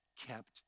kept